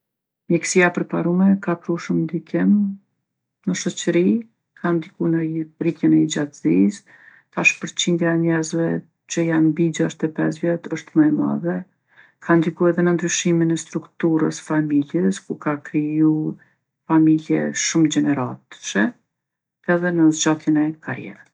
Mjeksia e përparume ka pru shumë ndikim në shoqëri, ka ndiku në rritjen e jetgjatsisë. Tash përqindja e njerzve që janë mbi gjasht e pesë vjet është më e madhe. Ka ndiku edhe në ndryshimin e strukturës familjes, ku ka kriju familje shumë gjeneratshë edhe në zgjatjen e karrierës.